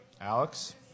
Alex